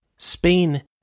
Spain